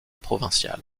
provinciale